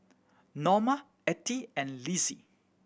Norma Attie and Lizzie